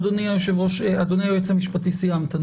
אדוני היועץ המשפטי, סיימת?